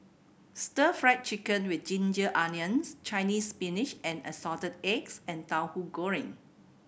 Stir Fry Chicken with ginger onions Chinese Spinach and Assorted Eggs and Tauhu Goreng